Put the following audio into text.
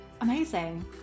amazing